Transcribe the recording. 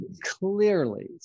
clearly